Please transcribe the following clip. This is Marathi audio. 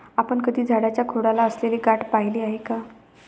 आपण कधी झाडाच्या खोडाला असलेली गाठ पहिली आहे का?